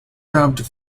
dubbed